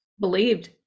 believed